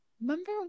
Remember